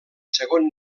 segon